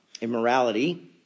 Immorality